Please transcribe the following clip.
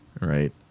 right